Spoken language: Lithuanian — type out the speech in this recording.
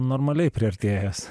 normaliai priartėjęs